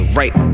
right